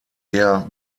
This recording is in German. eher